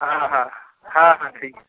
ᱦᱟᱸ ᱦᱟᱸ ᱦᱟᱸ ᱦᱟᱸ ᱴᱷᱤᱠ